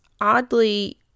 oddly